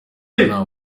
nta